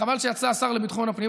חבל שיצא השר לביטחון הפנים,